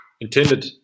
intended